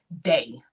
day